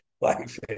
life